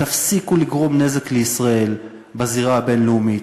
תפסיקו לגרום נזק לישראל בזירה הבין-לאומית,